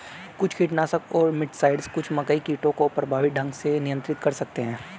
कुछ कीटनाशक और मिटसाइड्स कुछ मकई कीटों को प्रभावी ढंग से नियंत्रित कर सकते हैं